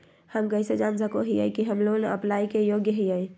हम कइसे जान सको हियै कि हम लोन अप्लाई के योग्य हियै?